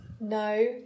No